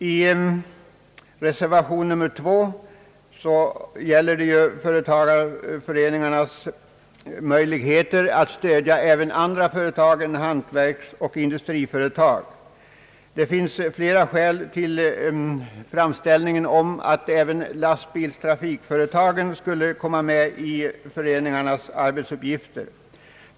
I reservation 2 behandlas företagareföreningarnas möjligheter att stödja även andra företag än hantverksoch industriföretag. Det finns flera skäl till framställningen om att även lastbilstrafikföretagen skall komma med bland föreningarnas arbetsuppgifter.